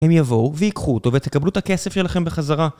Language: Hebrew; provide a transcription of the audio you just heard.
הם יבואו ויקחו אותו ותקבלו את הכסף שלכם בחזרה